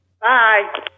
Bye